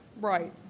right